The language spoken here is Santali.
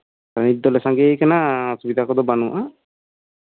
ᱱᱤᱛ ᱫᱚᱞᱮ ᱥᱟᱝᱜᱮ ᱠᱟᱱᱟ ᱚᱥᱩᱵᱤᱫᱷᱟ ᱠᱚᱫᱚ ᱵᱟᱹᱱᱩᱜᱼᱟ